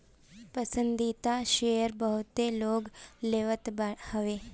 पसंदीदा शेयर बहुते लोग लेत हवे